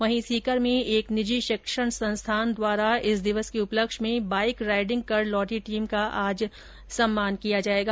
वहीं सीकर में एक निजी शिक्षण संस्थान द्वारा इस दिवस के उपलक्ष्य में बाईक राइडिंग कर लौटी टीम का आज सम्मान किया जायेगा